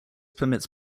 permits